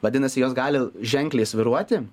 vadinasi jos gali ženkliai svyruoti